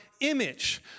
image